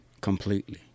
completely